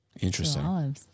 Interesting